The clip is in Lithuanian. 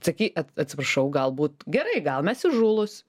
sakyk atsiprašau galbūt gerai gal mes įžūlūs